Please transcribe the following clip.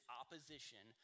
opposition